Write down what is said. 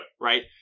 Right